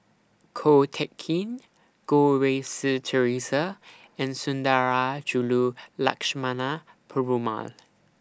Ko Teck Kin Goh Rui Si Theresa and Sundarajulu Lakshmana Perumal